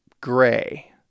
gray